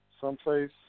someplace